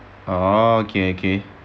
oh okay okay